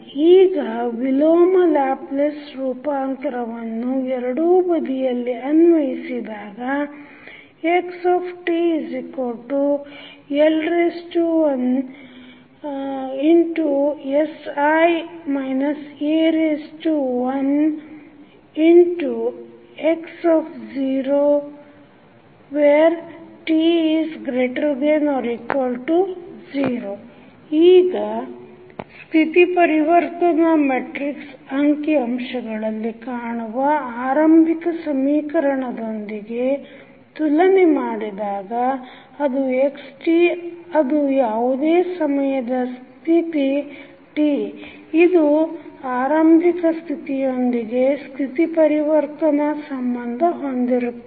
ಈಗ ವಿಲೋಮ ಲ್ಯಾಪ್ಲೇಸ್ ರೂಪಾಂತರವನ್ನು ಎರಡೂ ಬದಿಯಲ್ಲಿ ಅನ್ವಯಿಸಿದಾಗ xtL 1sI A 1x0t≥0 ಈಗ ಸ್ಥಿತಿ ಪರಿವರ್ತನಾ ಮೆಟ್ರಿಕ್ಸ್ ಅಂಕಿ ಅಂಶಗಳಲ್ಲಿ ಕಾಣುವ ಆರಂಭಿಕ ಸಮೀಕರಣದೊಂದಿಗೆ ತುಲನೆ ಮಾಡಿದಾಗ ಅದು xt ಅದು ಯಾವುದೇ ಸಮಯದ ಸ್ಥತಿ t ಇದು ಆರಂಭಿಕ ಸ್ಥಿತಿಯೊಂದಿಗೆ ಸ್ಥಿತಿ ಪರಿವರ್ತನಾ ಸಂಬಂಧ ಹೊಂದಿರುತ್ತದೆ